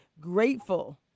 grateful